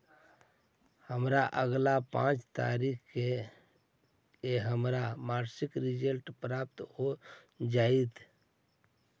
हमरा अगला पाँच तारीख के हमर मासिक रिटर्न प्राप्त हो जातइ